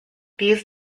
these